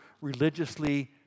religiously